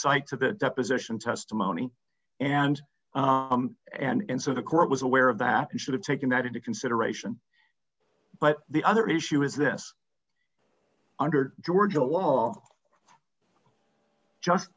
that deposition testimony and and so the court was aware of that you should have taken that into consideration but the other issue is this under georgia law just